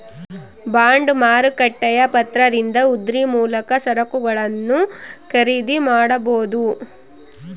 bond ಮಾರುಕಟ್ಟೆಯ ಪತ್ರದಿಂದ ಉದ್ರಿ ಮೂಲಕ ಸರಕುಗಳನ್ನು ಖರೀದಿ ಮಾಡಬೊದು